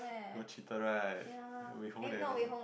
got cheated right we confirm never